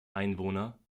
einwohner